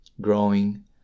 growing